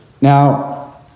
Now